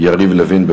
יריב לוין.